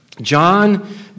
John